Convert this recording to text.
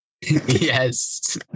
Yes